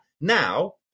Now